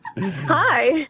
Hi